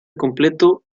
completo